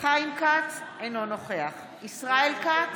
חיים כץ, אינו נוכח ישראל כץ,